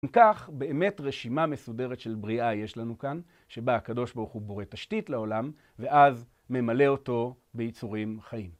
ומכך באמת רשימה מסודרת של בריאה יש לנו כאן שבה הקדוש ברוך הוא בורא תשתית לעולם ואז ממלא אותו ביצורים חיים.